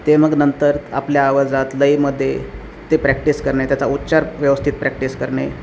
ते मग नंतर आपल्या आवाजात लईमध्ये ते प्रॅक्टिस करणे त्याचा उच्चार व्यवस्थित प्रॅक्टिस करणे